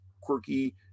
quirky